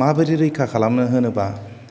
माबोरै रैखा खालामनो होनोब्ला